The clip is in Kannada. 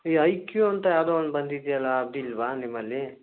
ಈ ಐಕ್ಯೂ ಅಂತ ಯಾವುದೋ ಒಂದು ಬಂದಿದ್ಯಲ್ಲ ಅದು ಇಲ್ಲವಾ ನಿಮ್ಮಲ್ಲಿ